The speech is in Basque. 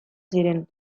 ziren